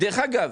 דרך אגב,